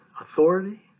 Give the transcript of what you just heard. Authority